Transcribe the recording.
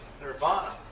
nirvana